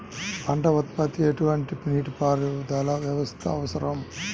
పంట ఉత్పత్తికి ఎటువంటి నీటిపారుదల వ్యవస్థ అవసరం?